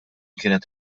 kienet